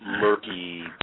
murky